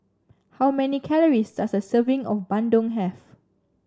how many calories does a serving of Bandung have